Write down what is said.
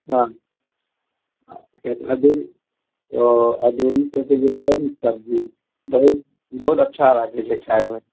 हँ किआ अदौड़ी ओ अदौड़ीसभके जे छै न सब्जी बहुत बहुत अच्छा लागैत छै खाइमऽ